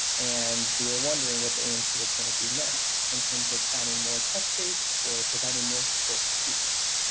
and we were wondering what the aamc was going to do next in terms of adding more tests dates or providing more support to students.